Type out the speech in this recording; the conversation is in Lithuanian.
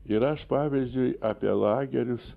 ir aš pavyzdžiui apie lagerius